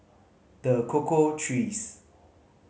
The Cocoa Trees